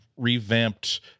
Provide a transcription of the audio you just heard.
revamped